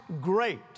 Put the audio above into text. great